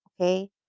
Okay